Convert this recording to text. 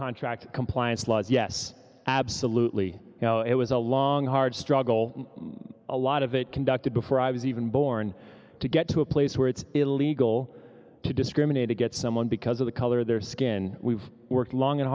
contract compliance laws yes absolutely you know it was a long hard struggle a lot of it conducted before i was even born to get to a place where it's illegal to discriminate against someone because of the color of their skin we've worked long and